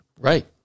Right